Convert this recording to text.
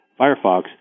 Firefox